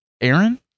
Aaron